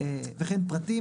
וכן פרטים,